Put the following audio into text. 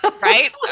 right